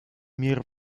мир